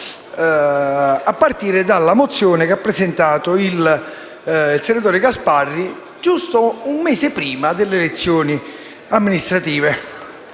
a partire dalla mozione che ha presentato il senatore Gasparri giusto un mese prima delle elezioni amministrative.